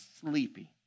sleepy